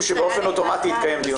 שבאופן אוטומטי יתקיים דיון בבית משפט.